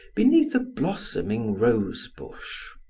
beneath a blossoming rosebush.